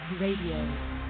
Radio